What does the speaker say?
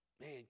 Man